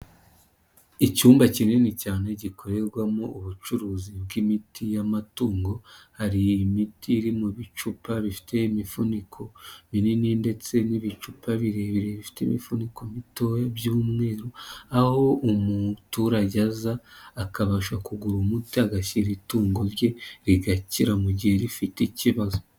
Icyumba kinini cyane gikorerwamo ubucuruzi bw'imiti y'amatungo hari imiti iri mu bicupa bifite imifuniko binini ndetse n'ibicupa birebire bifite imifuniko mitoya by'umweru, aho umuturage aza akabasha kugura umuti agashyira itungo rye rigakira mu gihe rifite ikibazo.